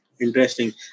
Interesting